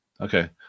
Okay